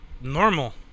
normal